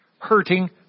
hurting